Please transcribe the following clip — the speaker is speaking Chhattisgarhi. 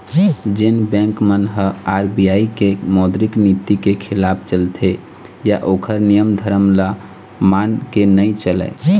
जेन बेंक मन ह आर.बी.आई के मौद्रिक नीति के खिलाफ चलथे या ओखर नियम धरम ल मान के नइ चलय